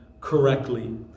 Correctly